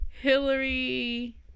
Hillary